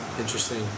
Interesting